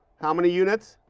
how many units?